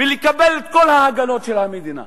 ולקבל את כל ההגנות של המדינה.